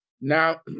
Now